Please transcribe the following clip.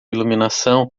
iluminação